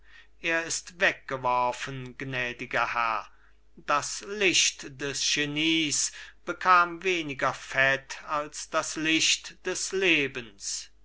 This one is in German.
er ist weggeworfen gnädiger herr das licht des genies bekam weniger fett als das licht des lebens